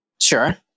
Sure